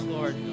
Lord